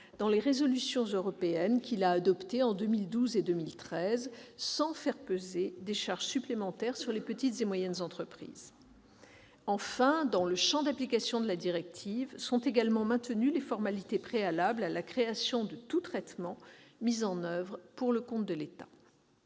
des résolutions européennes qu'il a adoptées en 2012 et 2013, sans faire peser de charges supplémentaires sur les petites et moyennes entreprises. Enfin, dans le champ d'application de la directive, sont également maintenues les formalités préalables à la création de tout traitement mis en oeuvre pour le compte de l'État.